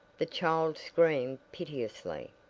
the child screamed piteously.